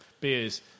beers